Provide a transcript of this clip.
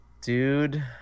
Dude